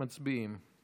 מצביעים.